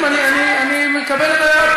לא, זה לא סודי, חברים, אני מקבל את ההערה.